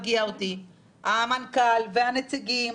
תלוי בשנת הייצור של האוטובוס.